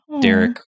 Derek